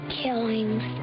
killings